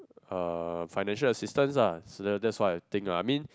uh financial assistance ah so that's what I think ah I mean